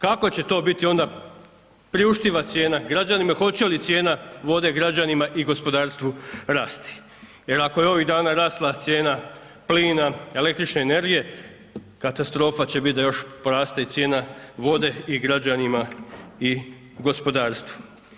Kako će to biti onda priuštiva cijena građanima, hoće li cijena vode građanima i gospodarstvu rasti, jer ako je ovih dana rasla cijena plina, električne energije, katastrofa će bit' da još poraste i cijena vode, i građanima, i gospodarstvu.